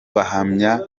bahamya